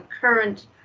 current